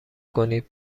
کنید